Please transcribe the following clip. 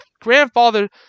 grandfather